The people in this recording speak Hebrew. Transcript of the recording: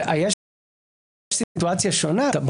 יש סיטואציה שונה.